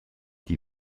die